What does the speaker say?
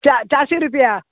चा चारशी रुपया